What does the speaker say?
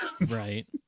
Right